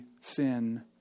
sin